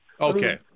Okay